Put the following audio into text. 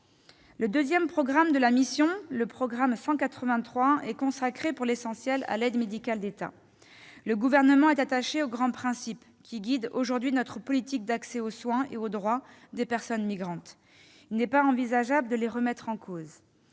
Le deuxième programme de la mission, le programme 183, est consacré pour l'essentiel à l'AME. Le Gouvernement est attaché aux grands principes qui guident aujourd'hui notre politique d'accès aux soins et aux droits des personnes migrantes. Il n'est pas envisageable de les remettre en cause.